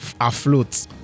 afloat